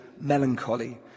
melancholy